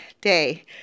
day